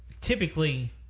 typically